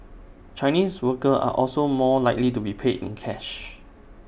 Chinese workers are also more likely to be paid in cash